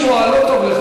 אי-אפשר לשמוע את זה.